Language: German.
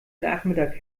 nachmittag